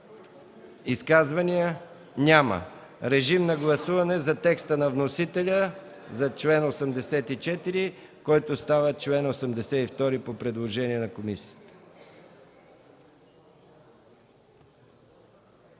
Изказвания? Няма. Режим на гласуване за текста на вносителя за чл. 84, който става чл. 82 по предложение на комисията.